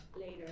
later